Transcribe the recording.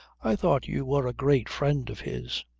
i thought you were a great friend of his.